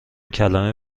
کلمه